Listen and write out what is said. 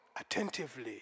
attentively